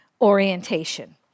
orientation